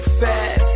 fat